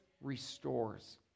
restores